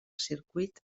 circuit